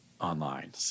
online